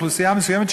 אוכלוסייה מסוימת,